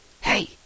Hey